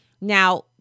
Now